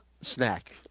snack